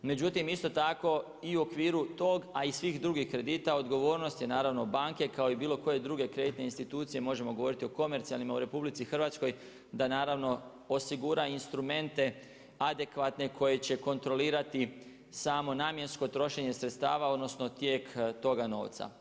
Međutim, isto tako i u okviru tog, a i svih drugih kredita odgovornost je naravno banke kao i bilo koje druge kreditne institucije možemo govoriti o komercijalnima u RH da naravno osigura instrumente adekvatne koji će kontrolirati samo namjensko trošenje sredstava, odnosno tijek toga novca.